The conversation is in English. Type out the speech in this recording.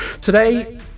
Today